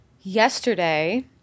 Yesterday